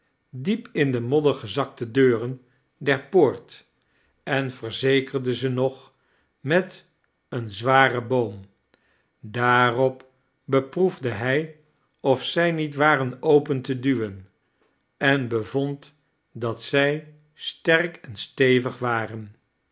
diep in den modder gezakte deuren der poort en verzekerde ze nog met een zwaren boom daarop beproefde hij of zij niet waren open te duwen en bevond dat zij sterk en stevig waren